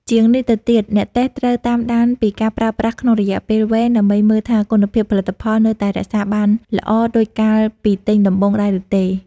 ជាងនេះទៅទៀត អ្នកតេស្តត្រូវតាមដានពីការប្រើប្រាស់ក្នុងរយៈពេលវែង ដើម្បីមើលថាគុណភាពផលិតផលនៅតែរក្សាបានល្អដូចកាលពីទិញដំបូងដែរឬទេ។